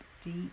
deep